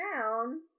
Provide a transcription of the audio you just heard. down